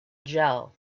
jell